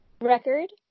record